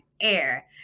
air